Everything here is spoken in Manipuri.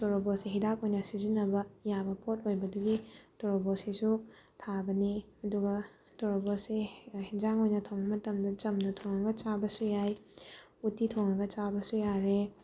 ꯇꯣꯔꯕꯣꯠꯁꯦ ꯍꯤꯗꯥꯛ ꯑꯣꯏꯅ ꯁꯤꯖꯤꯟꯅꯕ ꯌꯥꯕ ꯄꯣꯠ ꯑꯣꯏꯕꯗꯨꯒꯤ ꯇꯣꯔꯕꯣꯠꯁꯤꯁꯨ ꯊꯥꯕꯅꯦ ꯑꯗꯨꯒ ꯇꯣꯔꯕꯣꯠꯁꯦ ꯑꯦꯟꯁꯥꯡ ꯑꯣꯏꯅ ꯊꯣꯡꯕ ꯃꯇꯝꯗ ꯆꯝꯅ ꯊꯣꯡꯉꯒ ꯆꯥꯕꯁꯨ ꯌꯥꯏ ꯎꯇꯤ ꯊꯣꯡꯉꯒ ꯆꯥꯕꯁꯨ ꯌꯥꯔꯦ